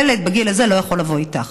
ילד בגיל הזה לא יכול לבוא איתך.